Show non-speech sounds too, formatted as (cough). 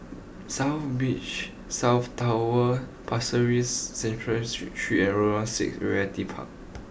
South Beach South Tower Pasir Ris Central Street three (unintelligible) six Realty Park